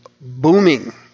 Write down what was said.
booming